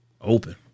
Open